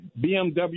BMW